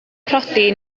priodi